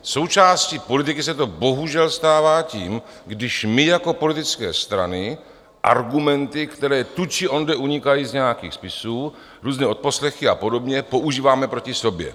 Součástí politiky se to bohužel stává tím, když my jako politické strany argumenty, které tu či onde unikají z nějakých spisů, různé odposlechy a podobně, používáme proti sobě.